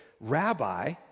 Rabbi